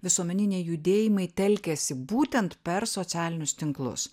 visuomeniniai judėjimai telkiasi būtent per socialinius tinklus